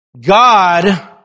God